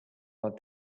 but